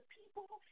people